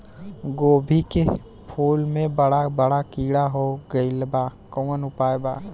गोभी के फूल मे बड़ा बड़ा कीड़ा हो गइलबा कवन उपाय बा?